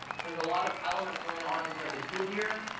there's a lot of elements going on inside the tool here.